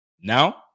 Now